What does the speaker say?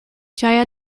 jia